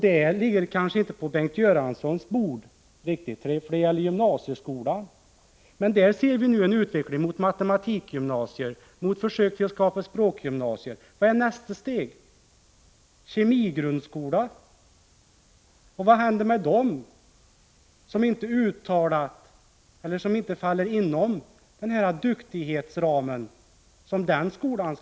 Det ligger kanske inte riktigt på Bengt Göranssons bord, eftersom det gäller gymnasieskolan. Här ser vi en utveckling mot matematikgymnasier och språkgymnasier. Vad är nästa steg, kemigrundskola? Vad händer med dem som inte faller inom duktighetsramen i den skolan?